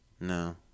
No